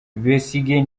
besigye